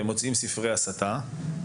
ומוצאים ספרי הסתה,